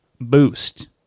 boost